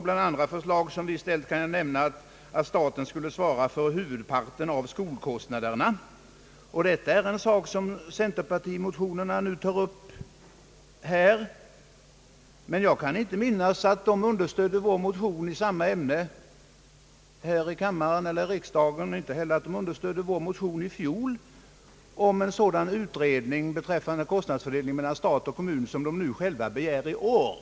Bland andra förslag som vi har ställt kan jag nämna att staten skulle svara för huvudparten av skolkostnaderna. Detta är en sak som centerpartimotionerna nu tar upp, men jag kan inte minnas att man från centerpartihåll understödde vår motion i samma ämne här i kammaren eller i riksdagen och inte heller att man understödde vår motion i fjol om en utredning beträffande kostnadsfördelningen mellan stat och kommun, en utredning som nu i år begärs i centerpartimotionerna.